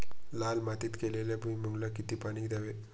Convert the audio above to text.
लाल मातीत केलेल्या भुईमूगाला किती पाणी द्यावे?